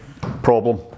problem